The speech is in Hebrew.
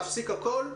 להפסיק הכול?